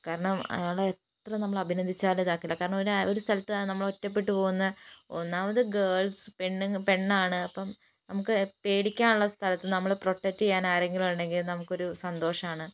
കാരണം അയാളെ എത്ര നമ്മൾ അഭിനന്ദിച്ചാലും ഇതാക്കില്ല കാരണം ഒരു സ്ഥലത്ത് നമ്മൾ ഒറ്റപ്പെട്ടു പോകുന്ന ഒന്നാമത് ഗേൾസ് പെണ്ണാണ് അപ്പം നമുക്ക് പേടിക്കാൻ ഉള്ള സ്ഥലത്തു നമ്മളെ പ്രൊട്ടക്ട് ചെയ്യാൻ ആരെങ്കിലും ഉണ്ടെങ്കിൽ നമുക്കൊരു സന്തോഷമാണ്